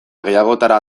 gehiagotara